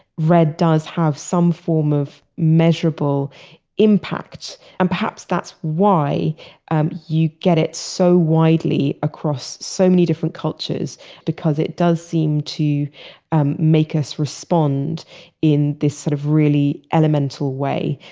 red does have some form of measurable impact. and perhaps that's why you get it so widely across so many different cultures because it does seem to make us respond in this sort of really elemental way.